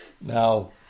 Now